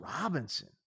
Robinson